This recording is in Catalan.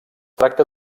tracta